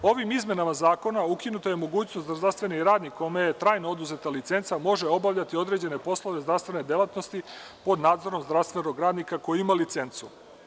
Ovim izmenama zakona ukinuta je mogućnost da zdravstveni radnik kome je trajno oduzeta licenca može obavljati određene poslove zdravstvene delatnosti pod nadzorom zdravstvenog radnika koji ima licencu.